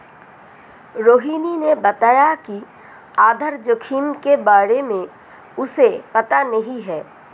रोहिणी ने बताया कि आधार जोखिम के बारे में उसे पता नहीं है